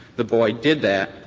the boy did that.